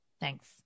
Thanks